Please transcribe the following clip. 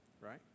right